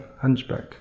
hunchback